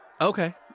Okay